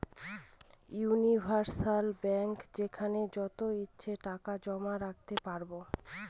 universal bank যেখানে যত ইচ্ছে টাকা জমা রাখতে পারবো